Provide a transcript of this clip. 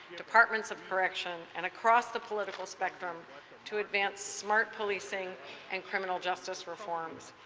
departments of correction and across the political spectrum to advance smart policing and criminal justice reforms.